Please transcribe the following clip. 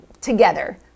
together